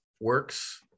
works